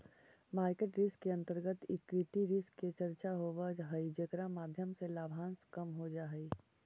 market risk के अंतर्गत equity risk के चर्चा होवऽ हई जेकरा माध्यम से लाभांश कम हो जा हई